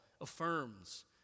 affirms